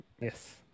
yes